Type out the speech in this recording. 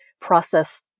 process